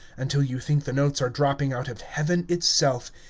until you think the notes are dropping out of heaven itself,